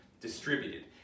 distributed